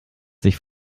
sich